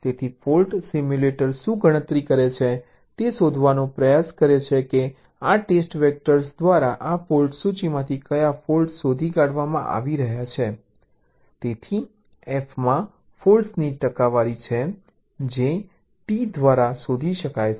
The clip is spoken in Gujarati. તેથી ફોલ્ટ સિમ્યુલેટર શું ગણતરી કરે છે તે શોધવાનો પ્રયાસ કરે છે કે આ ટેસ્ટ વેક્ટર દ્વારા આ ફોલ્ટ સૂચિમાંથી કયા ફોલ્ટ્સ શોધી કાઢવામાં આવી રહ્યા છે તેથી F માં ફોલ્ટ્સની ટકાવારી કે જે T દ્વારા શોધી શકાય છે